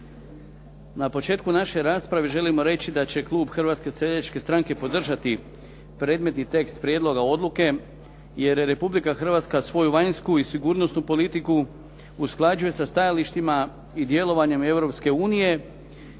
Na početku naše rasprave želimo reći da će Klub Hrvatske seljačke stranke podržati predmetni tekst prijedloga odluke jer je Republika Hrvatska svoju vanjsku i sigurnosnu politiku usklađuje sa stajalištima i djelovanjem